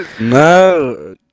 No